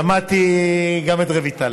שמעתי את רויטל